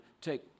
take